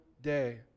day